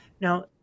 Now